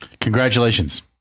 Congratulations